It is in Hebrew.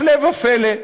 הפלא ופלא,